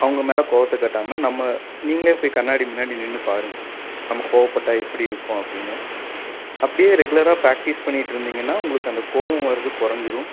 அவங்க மேலே கோவத்தை காட்டாமல் நம்ம நீங்களே போய் கண்ணாடி முன்னாடி நின்று பாருங்க நம்ம கோவப்பட்டால் எப்படி இருக்கோம் அப்படின்னு அப்படியே ரெகுலராக ப்ராக்டிஸ் பண்ணிக்கிட்டிருந்திங்கன்னா உங்களுக்கு அந்த கோவம் வர்றது குறைஞ்சிரும்